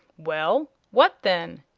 well, what then?